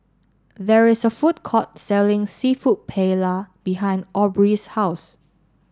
there is a food court selling Seafood Paella behind Aubree's house